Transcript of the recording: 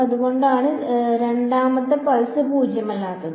അതുകൊണ്ടാണ് രണ്ടാമത്തെ പൾസ് പൂജ്യമല്ലാത്തത്